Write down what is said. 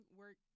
work